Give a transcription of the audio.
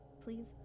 please